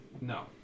No